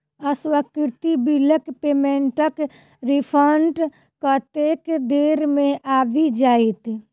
अस्वीकृत बिलक पेमेन्टक रिफन्ड कतेक देर मे आबि जाइत?